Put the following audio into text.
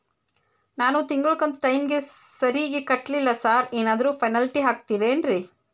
ನಾನು ತಿಂಗ್ಳ ಕಂತ್ ಟೈಮಿಗ್ ಸರಿಗೆ ಕಟ್ಟಿಲ್ರಿ ಸಾರ್ ಏನಾದ್ರು ಪೆನಾಲ್ಟಿ ಹಾಕ್ತಿರೆನ್ರಿ?